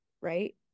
right